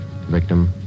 Victim